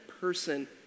person